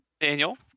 Daniel